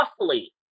roughly